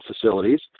facilities